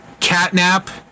Catnap